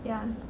ya